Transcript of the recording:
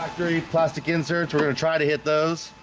three plastic inserts, we're gonna try to hit those